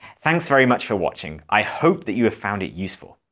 thanks very much for watching! i hope that you have found it useful.